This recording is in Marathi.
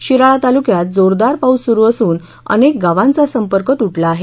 शिराळा तालुक्यात जोरदार पाऊस सुरू असून अनेक गावांचा सम्पर्क तुटला आहे